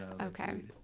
Okay